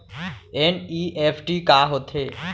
NEFT का होथे?